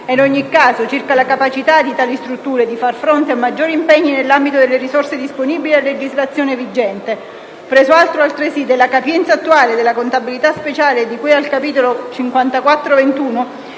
e in ogni caso circa la capacità di tali strutture di far fronte a maggiori impegni nell'ambito delle risorse disponibili a legislazione vigente; - preso atto altresì della capienza attuale della contabilità speciale di cui al capitolo n.